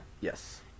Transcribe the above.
Yes